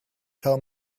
tell